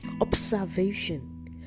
observation